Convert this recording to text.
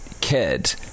Kid